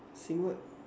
sing what